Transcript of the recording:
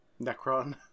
necron